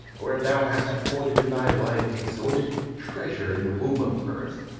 or if thou hast uphoarded in thy life extorted treasure in the womb of earth,